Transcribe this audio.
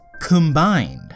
combined